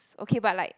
okay but like